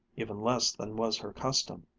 even less than was her custom.